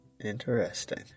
Interesting